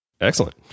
Excellent